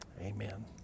Amen